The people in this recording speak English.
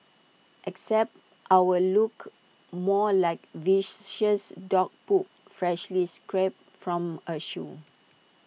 except ours looked more like viscous dog poop freshly scraped from A shoe